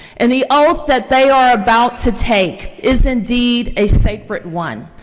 and the oath that they are about to take is indeed a sacred one.